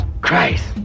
Christ